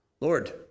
Lord